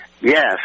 Yes